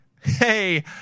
hey